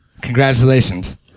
Congratulations